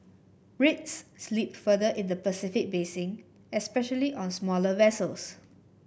rates slipped further in the Pacific basin especially on smaller vessels